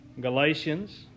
galatians